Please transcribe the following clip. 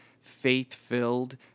faith-filled